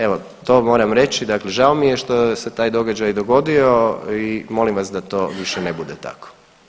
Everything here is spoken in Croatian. Evo, to moram reći, dakle žao mi je što se taj događaj dogodio i molim vas da to više ne bude tako.